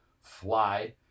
fly